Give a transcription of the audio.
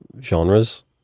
genres